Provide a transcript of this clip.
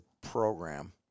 program